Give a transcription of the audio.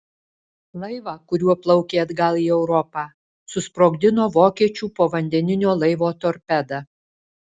laivą kuriuo plaukė atgal į europą susprogdino vokiečių povandeninio laivo torpeda